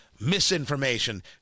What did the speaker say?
Misinformation